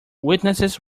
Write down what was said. witnesses